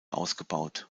ausgebaut